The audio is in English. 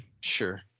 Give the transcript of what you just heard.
Sure